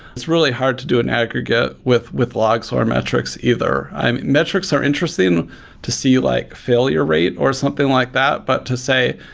it's really hard to do an aggregate with with logs or metrics either. metrics are interesting to see like failure rate or something like that, but to say,